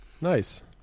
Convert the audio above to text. Nice